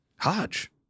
Hodge